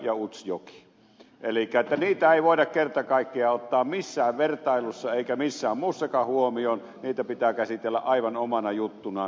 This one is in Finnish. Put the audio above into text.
elikkä niitä ei voida kerta kaikkiaan ottaa missään vertailuissa eikä missään muussakaan huomioon niitä pitää käsitellä aivan omana juttunaan